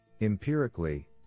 Empirically